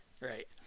right